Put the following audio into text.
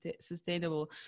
sustainable